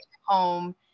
home